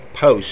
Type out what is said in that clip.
post